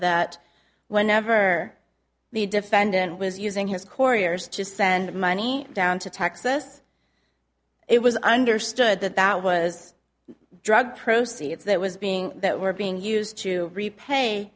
that whenever the defendant was using his corey or is just send money down to texas it was understood that that was drug proceeds that was being that were being used to repay